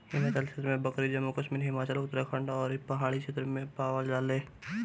हिमालय क्षेत्र में बकरी जम्मू कश्मीर, हिमाचल, उत्तराखंड अउरी पहाड़ी क्षेत्र में पावल जाले